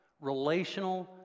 relational